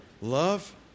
Love